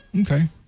Okay